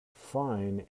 fine